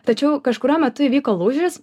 tačiau kažkuriuo metu įvyko lūžis